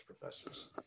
professors